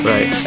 Right